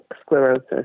sclerosis